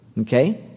okay